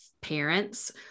parents